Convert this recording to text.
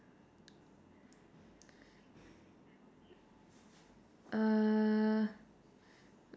err